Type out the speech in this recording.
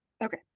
Okay